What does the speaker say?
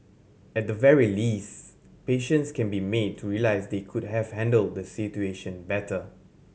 at the very least patients can be made to realise they could have handled the situation better